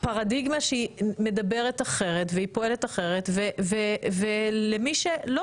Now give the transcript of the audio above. פרדיגמה שהיא מדברת אחרת והיא פועלת אחרת ולמי שלא